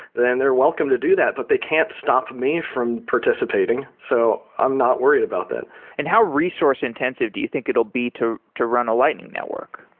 then they're welcome to do that, but they can't stop me from participating, so i'm not worried about that and how resource intensive do you think it'll be to to run a lightning network?